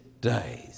days